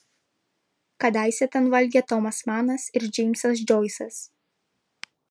kadaise ten valgė tomas manas ir džeimsas džoisas